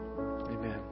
Amen